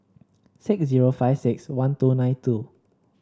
six zero five six one two nine two